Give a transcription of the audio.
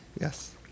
Yes